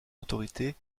autorité